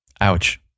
Ouch